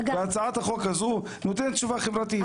והצעת החוק הזו נותנת תשובה חברתית.